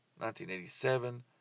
1987